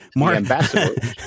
Ambassador